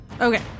Okay